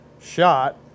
shot